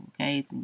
Okay